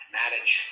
manage